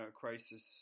crisis